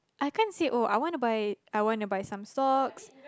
I can't say oh I wanna buy I wanna buy some socks